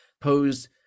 posed